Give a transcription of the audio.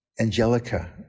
Angelica